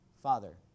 Father